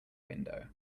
window